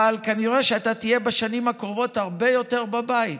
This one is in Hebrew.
אבל כנראה שאתה תהיה בשנים קרובות הרבה יותר בבית.